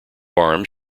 arms